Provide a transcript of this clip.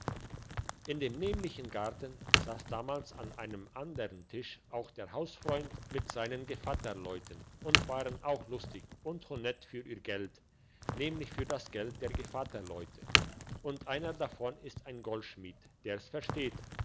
in dem nämlichen garten sass damals an einem andern tisch auch der hausfreund mit seinen gevatterleuten und waren auch lustig und honett für ihr geld nämlich für das geld der gevatterleute und einer davon ist ein goldschmied der's versteht